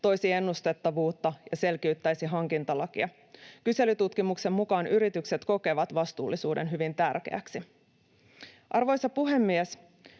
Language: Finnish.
toisi ennustettavuutta ja sel-kiyttäisi hankintalakia. Kyselytutkimuksen mukaan yritykset kokevat vastuullisuuden hyvin tärkeäksi. Arvoisa puhemies!